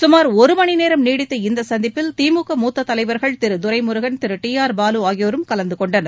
சுமார் ஒரு மணிநேரம் நீடித்த இந்தச் சந்திப்பில் திமுக மூத்தத் தலைவர்கள் திரு துரைமுருகன் திரு டி ஆர் பாலு ஆகியோரும் கலந்துகொண்டனர்